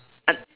uh